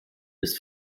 ist